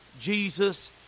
Jesus